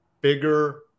bigger